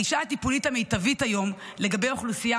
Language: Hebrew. הגישה טיפולית המיטבית היום לגבי האוכלוסייה